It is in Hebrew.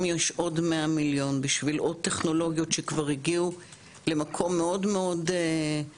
יש עוד 100 מיליון בשביל עוד טכנולוגיות שכבר הגיעו למקום מאוד קרוב,